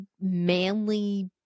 manly